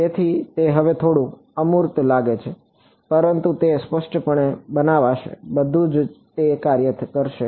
તેથી તે હવે થોડું અમૂર્ત લાગે છે પરંતુ તે સ્પષ્ટપણે બનાવશે બધું જ તે કાર્ય કરશે